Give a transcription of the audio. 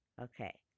Okay